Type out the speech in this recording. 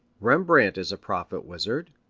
rembrandt is a prophet-wizard,